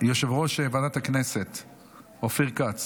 הרחבת הסכם קיבוצי כללי שנעשה בשל פעולות האיבה או פעולות